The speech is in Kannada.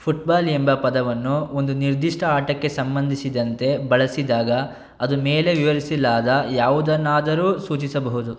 ಫುಟ್ಬಾಲ್ ಎಂಬ ಪದವನ್ನು ಒಂದು ನಿರ್ದಿಷ್ಟ ಆಟಕ್ಕೆ ಸಂಬಂಧಿಸಿದಂತೆ ಬಳಸಿದಾಗ ಅದು ಮೇಲೆ ವಿವರಿಸಿಲಾದ ಯಾವುದನ್ನಾದರೂ ಸೂಚಿಸಬಹುದು